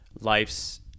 life's